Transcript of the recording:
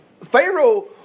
Pharaoh